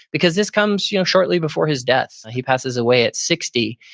because this comes you know shortly before his death. he passes away at sixty,